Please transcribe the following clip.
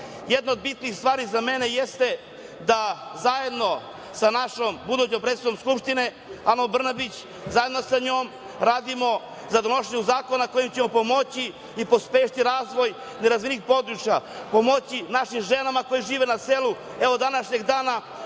od bitnih stvari za mene jeste da zajedno sa našom budućom predsednicom Skupštine, Anom Brnabić, zajedno sa njom radimo za donošenje zakona kojima ćemo pomoći i pospešiti razvoj nerazvijenih područja, pomoći našim ženama koje žive na selu. Evo današnjeg dana